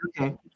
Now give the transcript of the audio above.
Okay